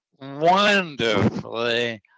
wonderfully